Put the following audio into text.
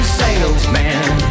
salesman